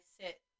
sit